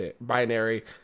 binary